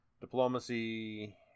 diplomacy